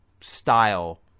style